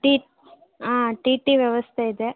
T ಆಂ ಟಿ ಟಿ ವ್ಯವಸ್ಥೆ ಇದೆ